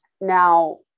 Now